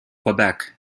quebec